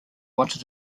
wanted